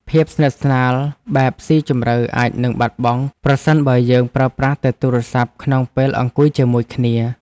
ភាពស្និទ្ធស្នាលបែបស៊ីជម្រៅអាចនឹងបាត់បង់ ប្រសិនបើយើងប្រើប្រាស់តែទូរស័ព្ទក្នុងពេលអង្គុយជាមួយគ្នា។